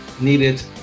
needed